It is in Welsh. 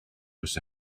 dros